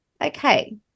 okay